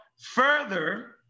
further